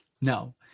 No